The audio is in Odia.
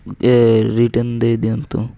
ଏ ରିଟର୍ଣ୍ଣ ଦେଇ ଦିଅନ୍ତୁ